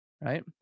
Right